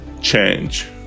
change